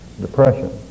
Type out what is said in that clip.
depression